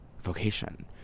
vocation